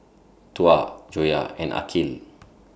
Tuah Joyah and Aqil